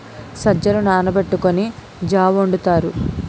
సజ్జలు నానబెట్టుకొని జా వొండుతారు